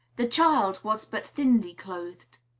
the child was but thinly clothed.